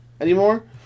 anymore